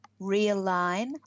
realign